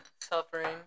Suffering